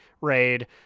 raid